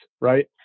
right